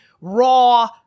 raw